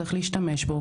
צריך להשתמש בו,